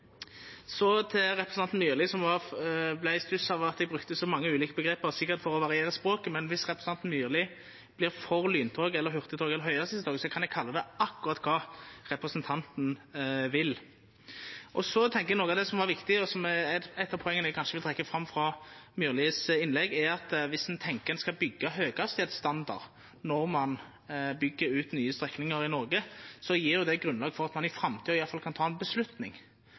Så til representanten Myrli, som vart i stuss av at eg brukte så mange ulike omgrep, sikkert for å variera språket: Dersom representanten Myrli vert for lyntog, hurtigtog eller høghastigheitstog, kan eg kalla det akkurat det representanten vil. Noko av det eg tenkjer var viktig og eit poeng eg kanskje vil trekkja fram frå Myrlis innlegg, er at om ein tenkjer ein skal byggja høghastigheitsstandard ved utbygging av nye strekningar i Noreg, gjev det i alle fall grunnlag for at ein i framtida kan ta ei avgjerd. Det er jo ofte sånn at ein